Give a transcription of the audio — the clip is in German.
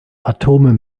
atome